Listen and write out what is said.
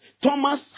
Thomas